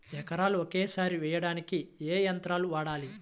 ఎకరాలు ఒకేసారి వేయడానికి ఏ యంత్రం వాడాలి?